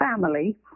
family